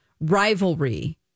rivalry